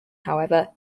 however